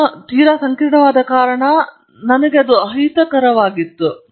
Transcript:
ಬೀಜಗಣಿತವು ತುಂಬಾ ಸಂಕೀರ್ಣವಾದ ಕಾರಣ ನಾನು ಅವರಿಗೆ ಅಹಿತಕರವಾಗಿದೆ